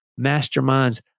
masterminds